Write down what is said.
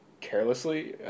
carelessly